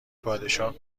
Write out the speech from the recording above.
پادشاه